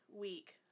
week